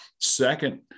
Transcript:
Second